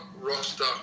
roster